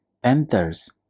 panthers